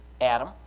Adam